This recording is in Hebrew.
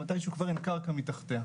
שמתישהו כבר אין קרקע מתחתיה,